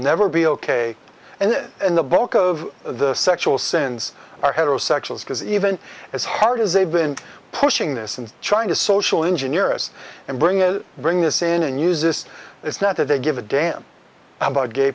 never be ok and in the bulk of the sexual sins are heterosexuals because even as hard as they've been pushing this and trying to social engineers and bring in bring this in and use this it's not that they give a damn about gay